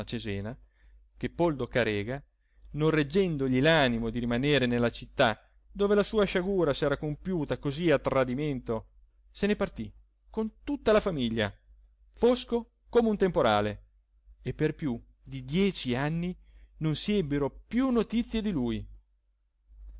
cesena che poldo carega non reggendogli l'animo di rimanere nella città dove la sua sciagura s'era compiuta così a tradimento se ne partì con tutta la famiglia fosco come un temporale e per più di dieci anni non si ebbero più notizie di lui